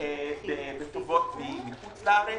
בטובות מחוץ לארץ.